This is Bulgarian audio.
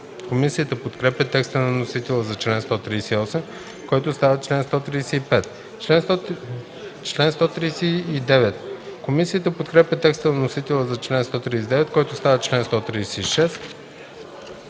Комисията подкрепя текста на вносителя за чл. 138, който става чл. 135. Комисията подкрепя текста на вносителя за чл. 139, който става чл. 136.